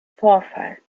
vorfall